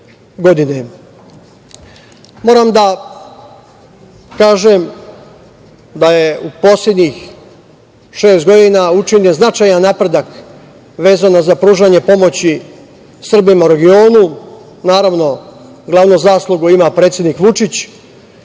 da kažem da je u poslednjih šest godina učinjen značajan napredak vezano za pružanje pomoći Srbima u regionu, naravno, glavnu zaslugu ima predsednik Vučić,